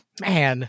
man